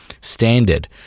standard